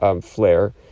flare